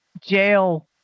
jail